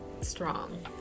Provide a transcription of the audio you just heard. strong